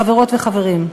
חברות וחברים,